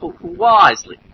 wisely